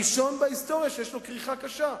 הראשון בהיסטוריה שיש לו כריכה קשה,